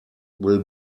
will